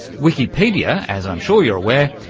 wikipedia, as i'm sure you're aware,